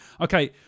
Okay